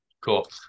cool